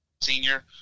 senior